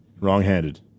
wrong-handed